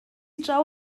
draw